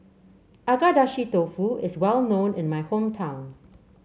Agedashi Dofu is well known in my hometown